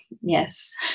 Yes